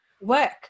work